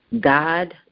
God